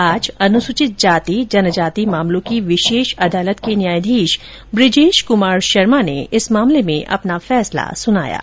आज अनुसूचित जाति जन जाति मामलों की विशेष अदालत के न्यायाधीश ने बुजेश कुमार शर्मा ने इस मामले में फैसला सुनाया है